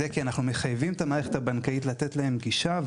זה כי אנחנו מחייבים את המערכת הבנקאית לתת להם גישה.